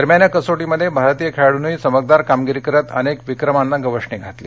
दरम्यान या कसोटीमध्ये भारतीय खेळाडूंनी चमकदार कामगिरी करत अनेक विक्रमांना गवसणी घातली